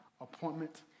appointment